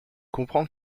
comprend